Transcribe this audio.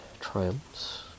triumphs